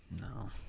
no